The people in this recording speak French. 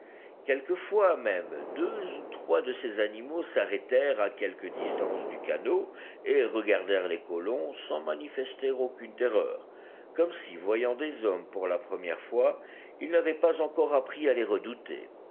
quelquefois même deux ou trois de ces animaux s'arrêtèrent à quelque distance du canot et regardèrent les colons sans manifester aucune terreur comme si voyant des hommes pour la première fois ils n'avaient pas encore appris à les redouter